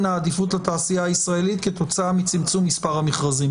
העדיפות לתעשייה הישראלית כתוצאה מצמצום מספר המכרזים,